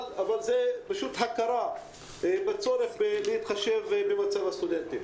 אבל זאת פשוט הכרה בצורך להתחשב במצב הסטודנטים.